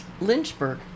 Lynchburg